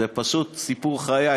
זה פשוט סיפור חיי,